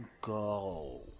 Go